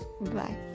bye